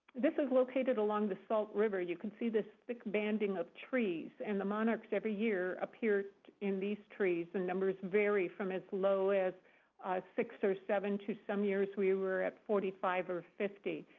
this is located along the salt river. you can see this thick banding of trees. and the monarchs, every year, appeared in these trees. the and numbers vary from as low as six or seven, to some years we were at forty five or fifty.